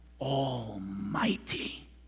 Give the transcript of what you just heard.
Almighty